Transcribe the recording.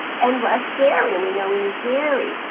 and less dairy. and we know we need dairy.